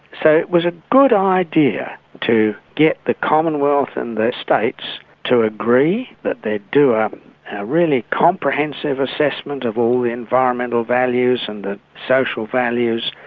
so it was a good idea to get the commonwealth and the states to agree that they'd do um a really comprehensive assessment of environmental values and the social values,